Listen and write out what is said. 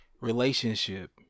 relationship